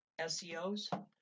SEOs